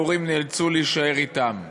הורים נאלצו להישאר אתם בבית.